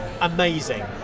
amazing